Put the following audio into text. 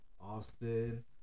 Austin